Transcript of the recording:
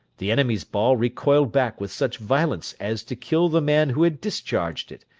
the enemy's ball recoiled back with such violence as to kill the man who had discharged it,